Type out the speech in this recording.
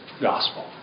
gospel